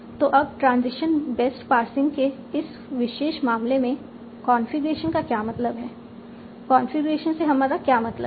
तो अब transition based parsing के इस विशेष मामले में कॉन्फ़िगरेशन का क्या मतलब है कॉन्फ़िगरेशन से हमारा क्या मतलब है